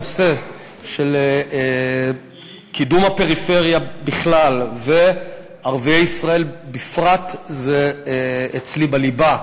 הנושא של קידום הפריפריה בכלל וערביי ישראל בפרט זה אצלי בליבה.